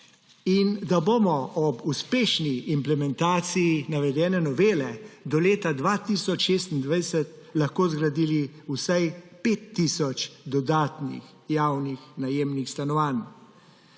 in da bomo ob uspešni implementaciji navedene novele do leta 2026 lahko zgradili vsaj 5 tisoč dodatnih javnih najemnih stanovanj,